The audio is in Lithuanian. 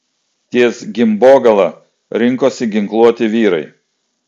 ties gimbogala rinkosi ginkluoti vyrai